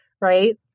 right